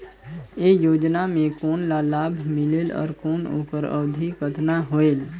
ये योजना मे कोन ला लाभ मिलेल और ओकर अवधी कतना होएल